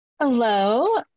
Hello